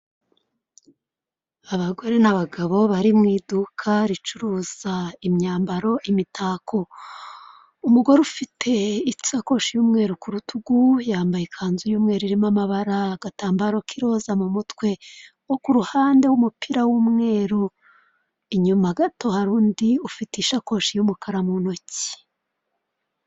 Abagore n'abagabo bari mu iduka ricuruza imyambaro, imitako. Umugore ufite isakoshi y'umweru ku rutugu yambaye ikanzu y'umweru irimo amabara agatambaro k'iroza mu mutwe uwo ku ruhande w'umupira w'umweru, inyuma gato hari undi ufite isakoshi y'umukara mu ntoki.